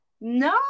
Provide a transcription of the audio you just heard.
No